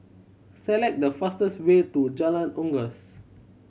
select the fastest way to Jalan Unggas